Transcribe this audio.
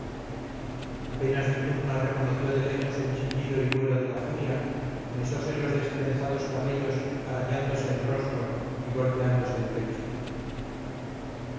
apenas iuturna reconoció de lejos el chillido y vuelo de la furia mesose los destrenzados cabellos arañándose el rostro y golpeándose el pecho